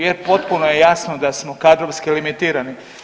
Jer potpuno je jasno da smo kadrovski limitirani.